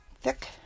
Thick